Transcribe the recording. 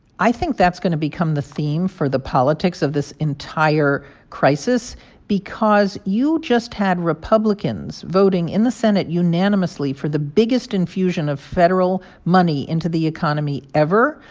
i think that's going to become the theme for the politics of this entire crisis because you just had republicans voting in the senate unanimously for the biggest infusion of federal money into the economy ever.